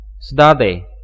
study